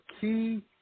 key